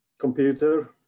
computer